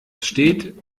steht